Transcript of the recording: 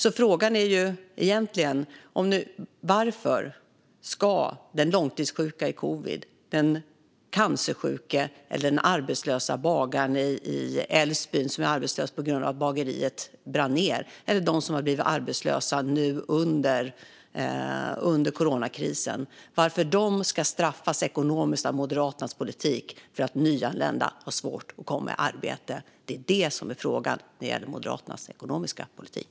Frågan är egentligen: Varför ska den som är långtidssjuk i covid-19, den cancersjuke, den arbetslösa bagaren i Älvsbyn - som är arbetslös på grund av att bageriet brann ned - eller de som har blivit arbetslösa nu under coronakrisen straffas ekonomiskt av Moderaternas politik för att nyanlända har svårt att komma i arbete? Det är det som är frågan när det gäller Moderaternas ekonomiska politik.